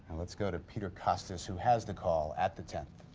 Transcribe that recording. let's go to peter kostis. who has the call at the tenth.